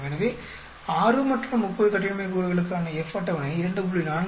எனவே 6 மற்றும் 30 கட்டின்மை கூறுகளுக்கான F அட்டவணை 2